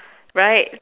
right